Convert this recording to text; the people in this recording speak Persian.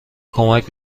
کمک